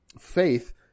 faith